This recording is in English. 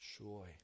joy